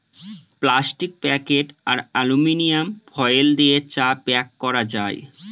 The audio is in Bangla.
প্লাস্টিক প্যাকেট আর অ্যালুমিনিয়াম ফোয়েল দিয়ে চা প্যাক করা যায়